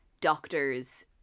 doctors